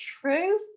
true